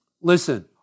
Listen